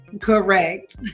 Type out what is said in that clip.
correct